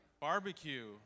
barbecue